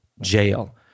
jail